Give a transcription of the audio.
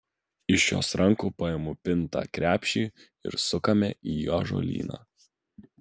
iš jos rankų paimu pintą krepšį ir sukame į ąžuolyną